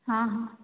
ହଁ ହଁ